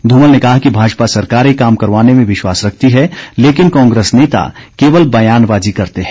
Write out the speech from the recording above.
धूमल ने कहा कि भाजपा सरकारें काम करवाने में विश्वास रखती है लेकिन कांग्रेस नेता केवल बयानबाजी करते हैं